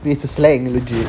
it's a slang legit